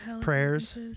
Prayers